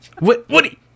Woody